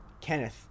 Kenneth